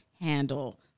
handle